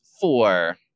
Four